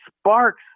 Sparks